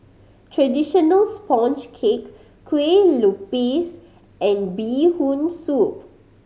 traditional sponge cake Kueh Lupis and Bee Hoon Soup